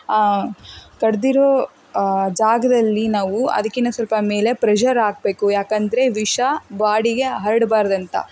ಕಡಿದಿರೋ ಜಾಗದಲ್ಲಿ ನಾವು ಅದಕ್ಕಿನ್ನ ಸ್ವಲ್ಪ ಮೇಲೆ ಪ್ರೆಷರ್ ಹಾಕ್ಬೇಕು ಯಾಕಂದರೆ ವಿಷ ಬಾಡಿಗೆ ಹರ್ಡ್ಬಾರ್ದಂತ